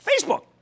Facebook